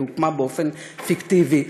היא הוקמה באופן פיקטיבי.